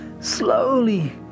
slowly